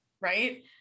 right